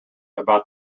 about